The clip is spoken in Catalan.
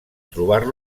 trobar